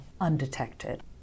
undetected